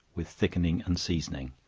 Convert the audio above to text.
with thickening and seasoning.